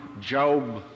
Job